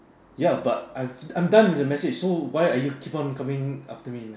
ya but I I'm done with the message so why are you keep on coming after me man